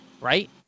right